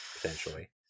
potentially